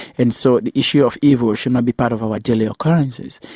and so the issue of evil should not be part of our daily occurrences.